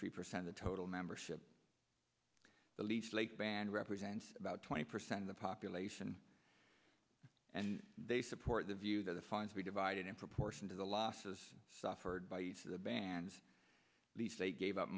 three percent of total membership the least lake band represents about twenty percent of the population and they support the view that the funds be divided in proportion to the losses suffered by the band's lease they gave up